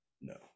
No